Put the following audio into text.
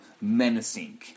menacing